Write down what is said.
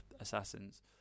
assassins